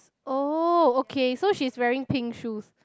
oh okay so she's wearing pink shoes